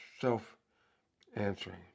self-answering